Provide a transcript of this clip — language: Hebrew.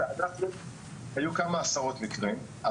היו כמה עשרות מקרים.